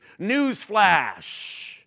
newsflash